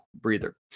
breather